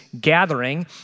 gathering